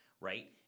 Right